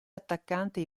attaccante